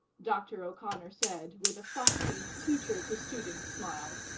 dr. o'connor said with a frosty, teacher-to-student smile.